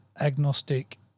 agnostic